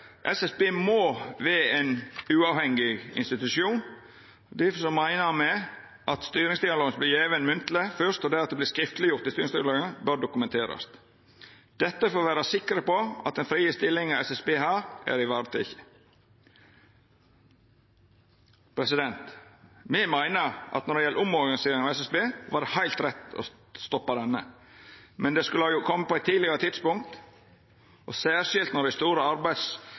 SSB må vera ein uavhengig institusjon. Difor meiner me at styringsdialogen som først vart gjeven munnleg, og deretter vart skriftleggjord i styringsdialogen, bør dokumenterast, dette for å vera sikker på at den frie stillinga SSB har, er vareteken. Me meiner at når det gjeld omorganiseringa av SSB, var det heilt rett å stoppa ho. Men det skulle ha kome på eit tidlegare tidspunkt, særskilt når dei store